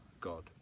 God